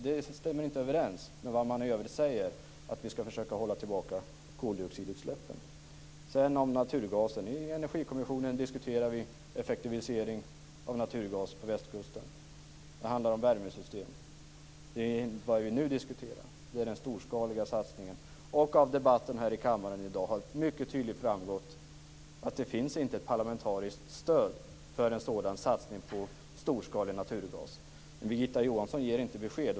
Det stämmer inte överens med vad man i övrigt säger, nämligen att vi skall försöka hålla tillbaka koldioxidutsläppen. I energikommissionen diskuterar vi effektivisering av naturgas på västkusten. Det handlar om värmesystem. Vad vi nu diskuterar är den storskaliga satsningen. Av debatten här i kammaren i dag har mycket tydligt framgått att det inte finns ett parlamentariskt stöd för en sådan satsning på storskalig naturgas. Birgitta Johansson ger inte besked.